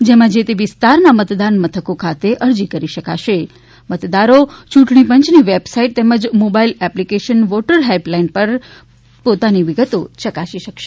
જેમાં જે તે વિસ્તારના મતદાન મથકો ખાતે અરજી કરી શકાશે મતદારો ચૂંટણી પંચની વેબસાઈટ તેમજ મોબાઈલ એપ્લીકેશન વોટર હેલ્પલાઈન પર પોતાની વિગતો ચકાસી શકશે